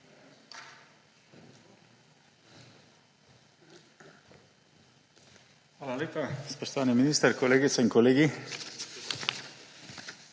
Hvala lepa. Spoštovani minister, kolegice in kolegi!